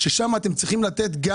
ואתם צריכים לתת להן,